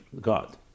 God